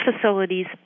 facilities